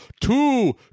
two